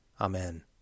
Amen